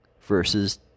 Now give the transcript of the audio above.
versus